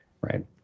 right